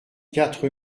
quatre